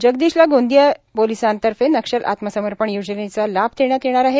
जगदीशला गोंदिया पोलिसानंतर्फे नक्षल आत्म समपर्ण योजनेचा लाभ देण्यात येणार आहे